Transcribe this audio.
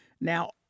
now